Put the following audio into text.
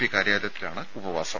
P കാര്യാലയത്തിലാണ് ഉപവാസം